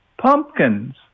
pumpkins